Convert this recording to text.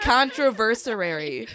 Controversary